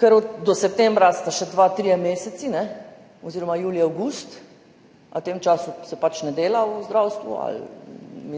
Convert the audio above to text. Ker do septembra sta še dva, trije meseci oziroma julij, avgust, v tem času se pač ne dela v zdravstvu ali